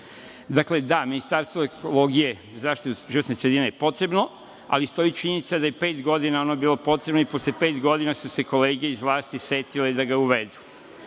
kluba. Dakle, da, ministarstvo ekologije, odnosno za zaštitu životne sredine je potrebno, ali stoji činjenica da je pet godina ono bilo potrebno i posle pet godina su se kolege iz vlasti setile da ga uvedu